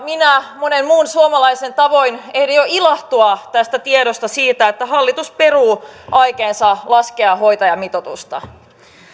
minä monen muun suomalaisen tavoin ehdin jo ilahtua tästä tiedosta että hallitus peruu aikeensa laskea hoitajamitoitusta